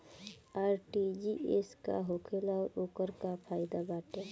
RTGS का होखेला और ओकर का फाइदा बाटे?